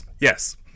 yes